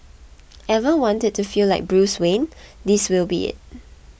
ever wanted to feel like Bruce Wayne this will be it